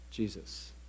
Jesus